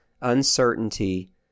uncertainty